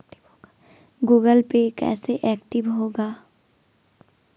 Google Pay कैसे active होगा?